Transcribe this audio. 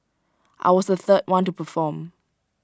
I was the third one to perform